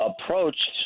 approached